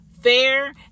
fair